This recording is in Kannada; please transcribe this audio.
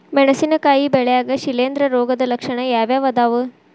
ಮೆಣಸಿನಕಾಯಿ ಬೆಳ್ಯಾಗ್ ಶಿಲೇಂಧ್ರ ರೋಗದ ಲಕ್ಷಣ ಯಾವ್ಯಾವ್ ಅದಾವ್?